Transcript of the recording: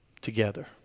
together